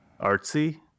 artsy